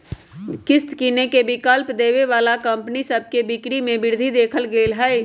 किस्त किनेके विकल्प देबऐ बला कंपनि सभ के बिक्री में वृद्धि देखल गेल हइ